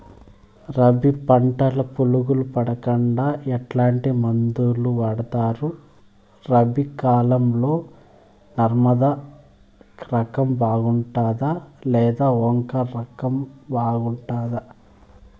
రబి పంటల పులుగులు పడకుండా ఎట్లాంటి మందులు వాడుతారు? రబీ కాలం లో నర్మదా రకం బాగుంటుందా లేదా ఓంకార్ రకం బాగుంటుందా?